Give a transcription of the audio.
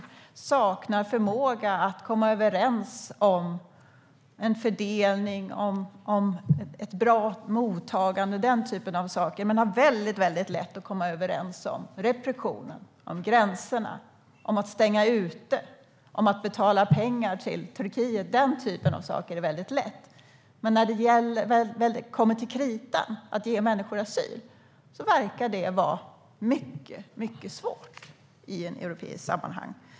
EU saknar förmåga att komma överens om en fördelning, ett bra mottagande - den typen av saker. Men EU har lätt att komma överens om restriktioner, om gränserna, om att stänga ute och om att betala pengar till Turkiet. Den typen av saker är lätta. Men när det kommer till kritan, när det gäller att ge människor asyl, verkar det vara mycket svårt i ett europeiskt sammanhang.